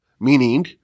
meaning